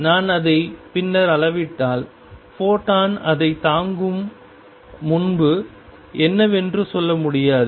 நான் அதை பின்னர் அளவிட்டால் ஃபோட்டான் அதைத் தாக்கும் முன்பு என்னவென்று சொல்ல முடியாது